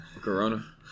Corona